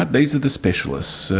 ah these are the specialists,